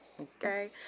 okay